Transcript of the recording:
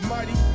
Mighty